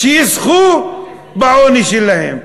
שישחו בעוני שלהם.